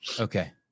Okay